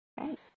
Right